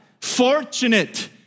fortunate